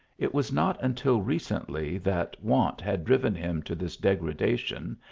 it was not until recently that want had driven him to this de gradation,